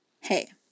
hey